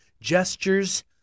Gestures